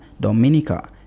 Dominica